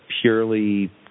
purely